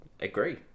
Agree